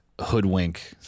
hoodwink